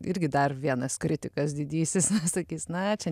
irgi dar vienas kritikas didysis sakys na čia